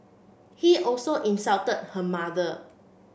he also insulted her mother